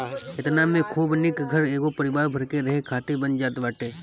एतना में खूब निक घर एगो परिवार भर के रहे खातिर बन जात बाटे